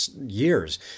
years